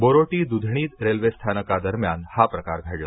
बोरोटी दुधणी रेल्वेस्थानका दरम्यान हा प्रकार घडला